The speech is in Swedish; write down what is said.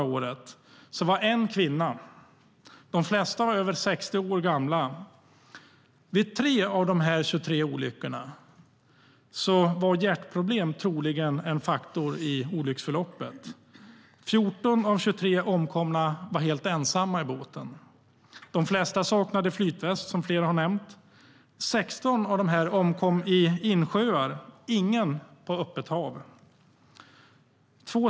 Vid tre av de 23 olyckorna var hjärtproblem troligen en faktor i olycksförloppet.